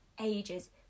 ages